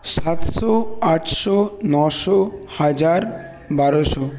সাতশো আটশো নশো হাজার বারোশো